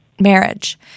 marriage